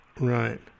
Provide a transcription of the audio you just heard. Right